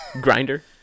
Grinder